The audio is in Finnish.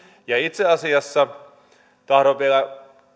ja itse asiassa tahdon vielä